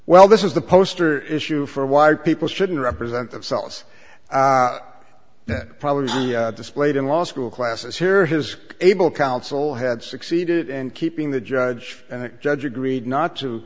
well this is the poster issue for wired people shouldn't represent themselves in problems he displayed in law school classes here his able counsel had succeeded in keeping the judge and the judge agreed not to